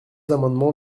amendement